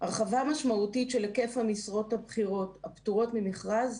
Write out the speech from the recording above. "הרחבה משמעותית של היקף המשרות הבכירות הפטורות ממכרז